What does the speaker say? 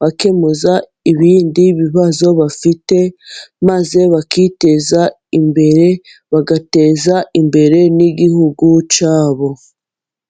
bakemura ibindi bibazo bafite, maze bakiteza imbere, bagateza imbere n'igihugu cyabo.